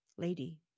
lady